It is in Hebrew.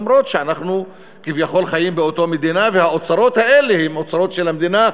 אף שאנחנו כביכול חיים באותה מדינה והאוצרות האלה הם אוצרות של המדינה,